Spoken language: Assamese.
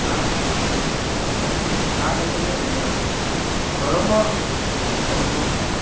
তাত আপুনি গা ধুবলৈ গ'লে গৰমৰ অনুভৱটো